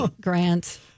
grant